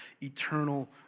eternal